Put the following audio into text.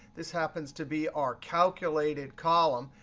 this happens to be our calculated column.